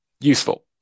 useful